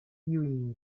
tiujn